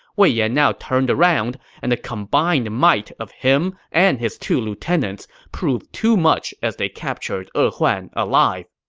wei yan now turned around, and the combined might of him and his two lieutenants proved too much as they captured e huan alive.